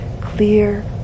clear